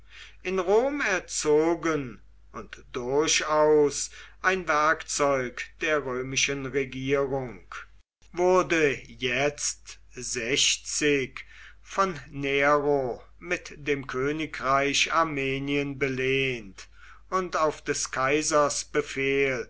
in rom erzogen und durchaus ein werkzeug der römischen regierung wurde jetzt von nero mit dem königreich armenien belehnt und auf des kaisers befehl